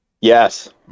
yes